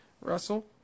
Russell